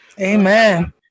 amen